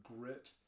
grit